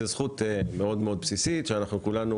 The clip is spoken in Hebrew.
זאת זכות מאוד מאוד בסיסית שאנחנו כולנו